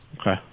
Okay